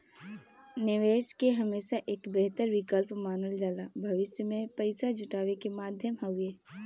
निवेश के हमेशा एक बेहतर विकल्प मानल जाला भविष्य में पैसा जुटावे क माध्यम हउवे